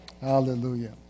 Hallelujah